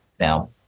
Now